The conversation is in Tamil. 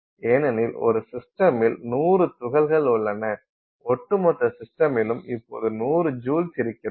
ஏனெனில் ஒரு சிஸ்டமில் 100 துகள்கள் உள்ளன ஒட்டுமொத்த சிஸ்டமிலும் இப்போது 100 ஜூல்ஸ் இருக்கிறது